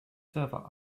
server